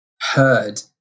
heard